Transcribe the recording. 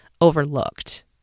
overlooked